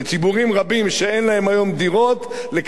דירות לקבל דירות בתוך שנתיים ימים.